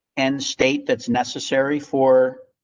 and state that's necessary for.